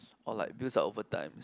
or like builds up overtimes